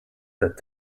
that